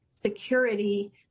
security